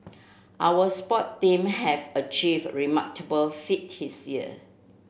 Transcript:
our sport team have achieved remarkable feat his year